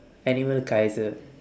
animal kaiser